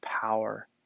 power